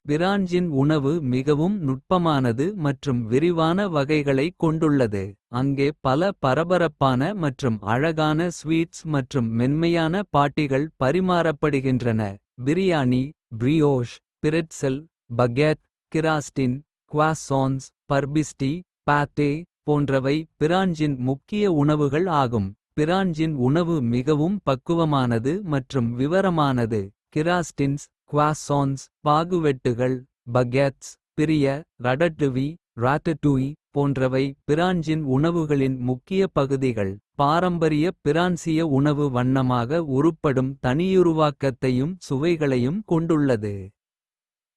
மெக்சிகோ உணவுகள் மிகவும் காரமானவை. அதன் மசாலா மற்றும் திடமான சுவைகள் மூலம். உலகம் முழுவதும் பிரபலமாக உள்ளன டாகோ. என்பது மெக்சிகோவில் மிகவும் பிரபலமான உணவாகும். இது குறுகிய அப்பத் தோசைகளில் மசாலா கொண்ட இறைச்சி. அல்லது காய்கறிகள் அடங்கிய ஒரு உணவு ஆகும் எஞ்சிலடாஸ். என்ற உணவு மக்காச் கொழுப்பில் கூடிய இறைச்சி மற்றும். சீஸ் உடன் ஓரளவு வெப்பமாக பரிமாறப்படுகிறது குயேசோ. மற்றும் சால்சா போன்ற மசாலா கலவைகளும் மெக்சிகோ. உணவின் அடிப்படை அங்கமாக உள்ளன.